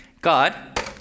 god